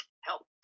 Help